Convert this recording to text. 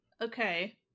Okay